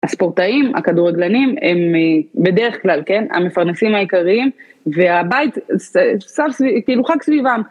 הספורטאים, הכדורגלנים הם בדרך כלל, כן, המפרנסים העיקריים והבית כאילו חג סביבם.